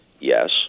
Yes